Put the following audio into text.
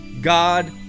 God